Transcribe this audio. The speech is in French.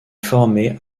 formée